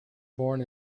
born